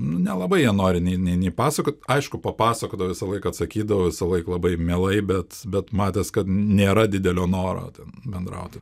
nu nelabai jie nori nei nei nei pasakot aišku papasakodavo visąlaik atsakydavo visąlaik labai mielai bet bet matės kad nėra didelio noro ten bendrauti